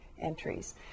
entries